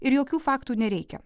ir jokių faktų nereikia